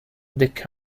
the